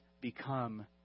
become